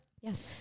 Yes